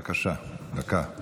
בבקשה, דקה.